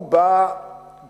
הוא בא גאה